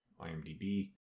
IMDb